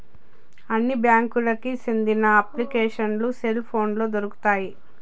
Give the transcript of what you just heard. అన్ని బ్యాంకులకి సెందిన అప్లికేషన్లు సెల్ పోనులో దొరుకుతాయి